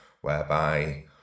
whereby